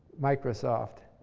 microsoft.